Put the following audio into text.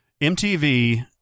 MTV